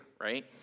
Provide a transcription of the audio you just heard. right